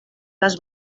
les